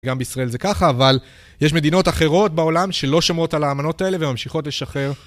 גם בישראל זה ככה, אבל, יש מדינות אחרות בעולם, שלא שומרות על האמנות האלה, וממשיכות לשחרר...